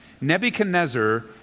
Nebuchadnezzar